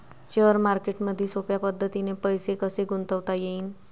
Share मार्केटमधी सोप्या पद्धतीने पैसे कसे गुंतवता येईन?